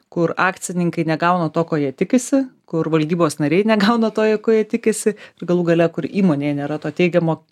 kur akcininkai negauna to ko jie tikisi kur valdybos nariai negauna to jie ko jie tikisi ir galų gale kur įmonėje nėra to teigiamo